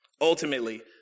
Ultimately